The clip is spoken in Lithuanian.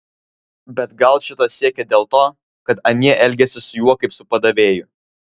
bet gal šito siekė dėl to kad anie elgėsi su juo kaip su padavėju